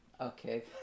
Okay